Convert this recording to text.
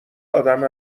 آدم